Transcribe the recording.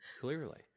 Clearly